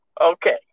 Okay